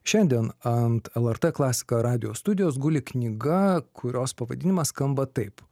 šiandien ant lrt klasika radijo studijos guli knyga kurios pavadinimas skamba taip